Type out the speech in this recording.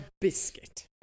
biscuit